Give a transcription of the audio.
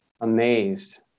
amazed